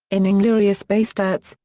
in inglourious basterds,